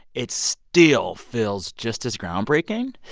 it still feels just as groundbreaking.